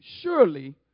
Surely